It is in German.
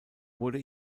wurde